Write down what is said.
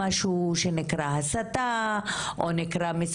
יודעים ישר מאוד להוריד את זה מהרשת,